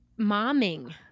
momming